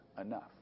enough